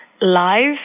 live